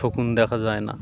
শকুন দেখা যায় না